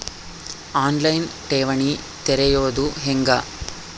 On line ಠೇವಣಿ ತೆರೆಯೋದು ಹೆಂಗ?